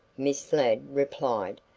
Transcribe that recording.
miss ladd replied.